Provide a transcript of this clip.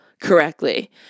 correctly